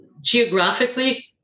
geographically